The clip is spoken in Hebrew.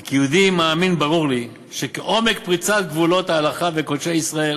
כי כיהודי מאמין ברור לי שכעומק פריצת גבולות ההלכה וקודשי ישראל,